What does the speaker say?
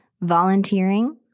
volunteering